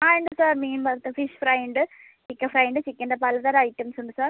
ആ ഉണ്ട് സാർ മീൻ വറുത്ത ഫിഷ് ഫ്രൈ ഉണ്ട് ചിക്കൻ ഫ്രൈ ഉണ്ട് ചിക്കന്റെ പലതരം ഐറ്റംസ് ഉണ്ട് സാർ